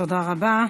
תודה רבה.